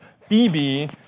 Phoebe